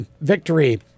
Victory